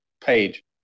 Page